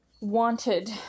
wanted